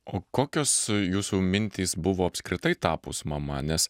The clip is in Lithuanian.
o kokios jūsų mintys buvo apskritai tapus mama nes